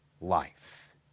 life